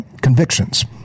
Convictions